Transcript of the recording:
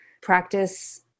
practice